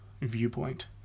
viewpoint